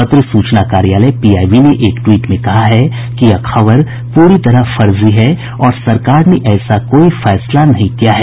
पत्र सूचना कार्यालय पीआईबी ने एक ट्वीट ने कहा है कि यह खबर पूरी तरह फर्जी है और सरकार ने ऐसा कोई फैसला नहीं किया है